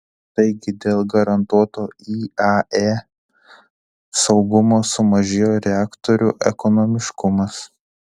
taigi dėl garantuoto iae saugumo sumažėjo reaktorių ekonomiškumas